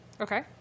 Okay